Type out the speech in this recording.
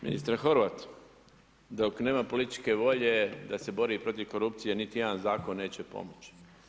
Ministre Horvat, dok nema političke volje da se bori protiv korupcije, niti jedan zakon neće pomoć.